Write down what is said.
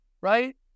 right